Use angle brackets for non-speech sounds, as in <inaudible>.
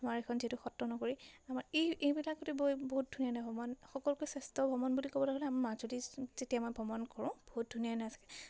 আমাৰ এইখন যিহেতু সত্ৰনগৰী আমাৰ এই এইবিলাকতে যদি বহুত বহুত ধুনীয়া <unintelligible> সকলোতকৈ শ্ৰেষ্ঠ ভ্ৰমণ বুলি ক'বলৈ গ'লে আমাৰ মাজুলী যেতিয়া আমি ভ্ৰমণ কৰোঁ বহুত ধুনীয়া নাই আছে